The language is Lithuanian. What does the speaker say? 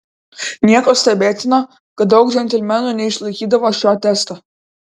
nieko stebėtino kad daug džentelmenų neišlaikydavo šio testo